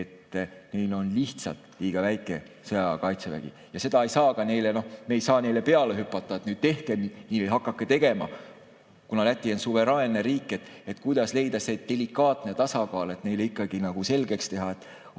et neil on lihtsalt liiga väike sõjaaja kaitsevägi. Ja me ei saa neile peale hüpata, et tehke nii, hakake tegema, kuna Läti on suveräänne riik. Kuidas leida see delikaatne tasakaal, et neile ikkagi selgeks teha, et